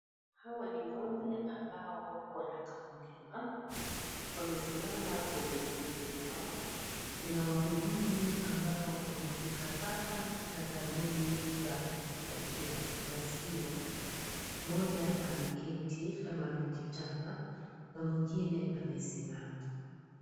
Hawa ni ng'ombe ambao wanakamuliwa wamesimama kwenye zizi lao. Kuna wahudumu ambao wamefika hapa na galoni za kuhifadhia maziwa moja ameketi ama amechutama mwingine amesimama.